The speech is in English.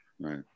Right